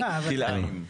כלאיים.